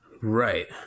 Right